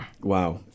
Wow